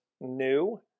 new